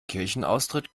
kirchenaustritt